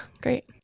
Great